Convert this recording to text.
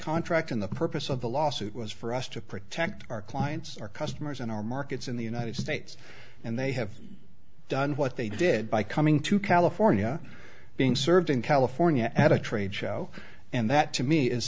contract in the purpose of the lawsuit was for us to protect our clients our customers and our markets in the united states and they have done what they did by coming to california being served in california at a trade show and that to me is